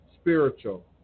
spiritual